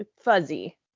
fuzzy